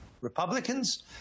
Republicans